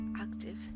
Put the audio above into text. active